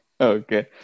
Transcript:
okay